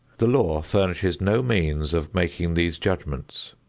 the law furnishes no means of making these judgments.